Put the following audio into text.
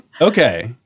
Okay